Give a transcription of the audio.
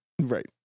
Right